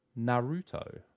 Naruto